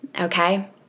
Okay